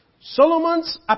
Solomon's